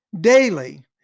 daily